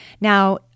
now